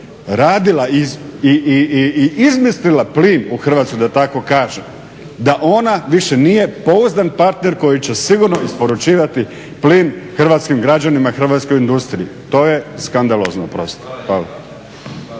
radila i izmislila plin u Hrvatskoj da tako kažem, da ona više nije pouzdan partner koji će sigurno isporučivati plin hrvatskim građanima i hrvatskoj industriji. To je skandalozno, oprostite.